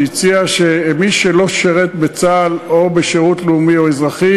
שהציע שמי שלא שירת בצה"ל או בשירות לאומי או אזרחי